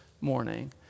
morning